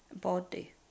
body